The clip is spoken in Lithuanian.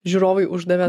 žiūrovai uždavė